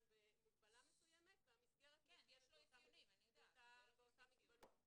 במגבלה מסוימת והמסגרת מאופיינת באותה מוגבלות,